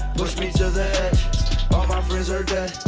push me to the edge all my friends are dead,